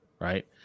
right